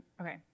okay